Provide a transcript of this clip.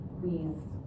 Please